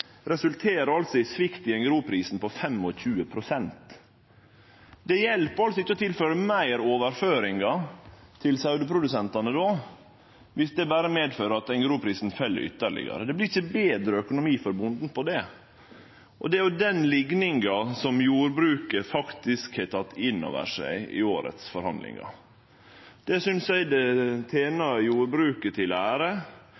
resulterer i svikt i engrosprisen på 25 pst. Det hjelper altså ikkje å tilføre meir i overføringar til saueprodusentane om det berre medfører at engrosprisen fell ytterlegare; det vert ikkje betre økonomi for bonden av det. Og det er jo den likninga jordbruket faktisk har teke inn over seg i årets forhandlingar. Det synest eg tener jordbruket til ære, og eg synest det